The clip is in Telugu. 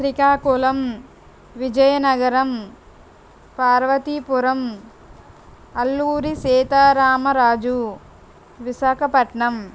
శ్రీకాకుళం విజయనగరం పార్వతీపురం అల్లూరి సీతారామరాజు విశాఖపట్నం